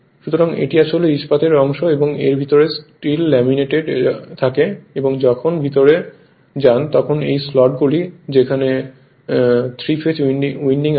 সুতরাং এটি আসলে ইস্পাতের অংশ এবং এর ভিতরে স্টীল লামিনেটেড এবং যখন ভিতরে যান তখন এই স্লটগুলি যেখানে 3 ফেজ উইন্ডিং আছে